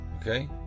Okay